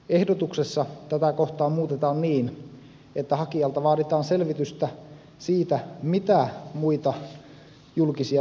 ehdotuksessa tätä kohtaa muutetaan niin että hakijalta vaaditaan selvitystä siitä mitä muita julkisia tukia hakija on saanut